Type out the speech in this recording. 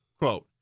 quote